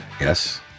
Yes